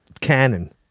Cannon